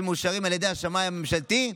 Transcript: שמאושרים על ידי השמאי הממשלתי?